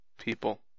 people